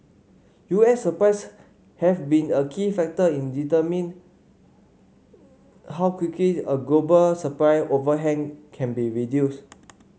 U S supplies have been a key factor in determining how quickly a global supply overhang can be reduced